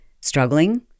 struggling